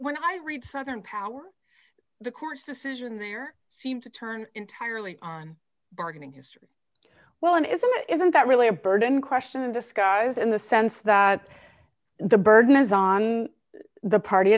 when i read southern power the court's decision there seemed to turn entirely on bargaining history well and isn't isn't that really a burden question in disguise in the sense that the burden is on the party